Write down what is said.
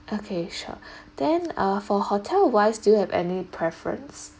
okay sure then uh for hotel wise do you have any preference